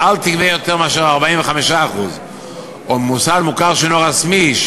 אל תגבה יותר מאשר 45%. או מוסד מוכר שאינו רשמי,